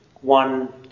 one